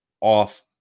off